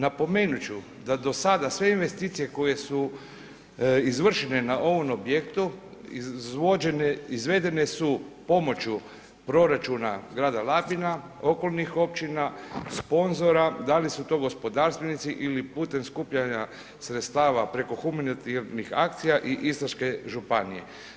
Napomenut ću da do sada sve investicije koje su izvršene na ovom objekte, izvedene su pomoću proračuna grada Labina, okolnih općina, sponzora, da li su to gospodarstvenici ili putem skupljanja sredstava preko humanitarnih akcija i Istarske županije.